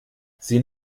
sie